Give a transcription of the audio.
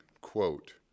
quote